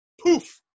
poof